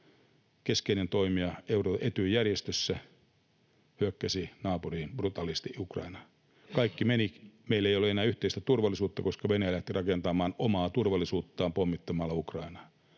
keskeinen toimija Etyj-järjestössä, hyökkäsi brutaalisti naapuri Ukrainaan. Kaikki meni. Meillä ei ole enää yhteistä turvallisuutta, koska Venäjä lähti rakentamaan omaa turvallisuuttaan pommittamalla Ukrainaa,